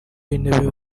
w’intebe